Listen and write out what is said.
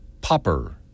popper